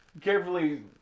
carefully